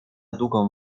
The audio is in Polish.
długą